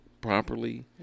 properly